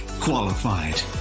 qualified